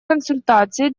консультации